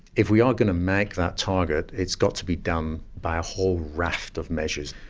if we are going to make that target, it's got to be done by a whole raft of measures.